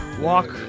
walk